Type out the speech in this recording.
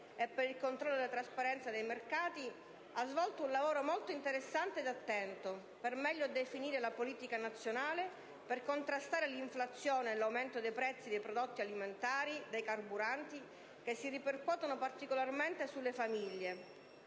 e per il controllo della trasparenza dei mercati ha svolto un lavoro molto interessante ed attento per meglio definire la politica nazionale, per contrastare l'inflazione e l'aumento dei prezzi dei prodotti alimentari e dei carburanti (che si ripercuotono particolarmente sulle famiglie)